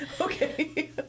Okay